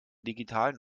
digitalen